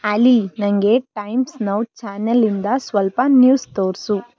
ಆಲಿ ನನಗೆ Times Now ಚಾನೆಲ್ಲಿಂದ ಸ್ವಲ್ಪ ನ್ಯೂಸ್ ತೋರಿಸು